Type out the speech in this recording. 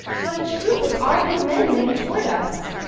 what a troop of armed men make toward us!